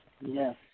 Yes